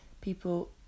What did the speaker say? People